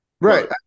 right